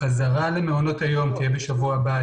החזרה למעונות היום תהיה בשבוע הבא,